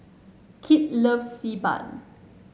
Kit loves Xi Ban